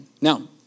Now